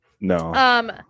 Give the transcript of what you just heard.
no